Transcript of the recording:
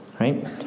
right